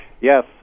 Yes